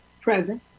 Present